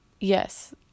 Yes